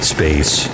Space